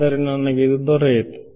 ಆದರೆ ನನಗೆ ಇದು ದೊರೆಯಿತು